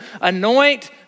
anoint